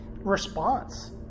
response